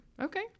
Okay